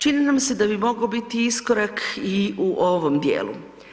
Čini nam se da bi mogao biti iskorak i u ovom dijelu.